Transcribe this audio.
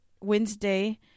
Wednesday